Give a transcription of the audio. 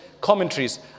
commentaries